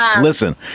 Listen